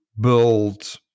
build